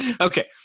Okay